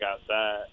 outside